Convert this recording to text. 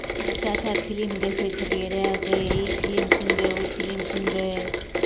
अच्छा अच्छा फिलिम देखै छलियै रहए अहाँके ई फिलिम सुनबै ओ फिलिम सुनबै